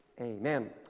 Amen